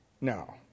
No